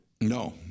No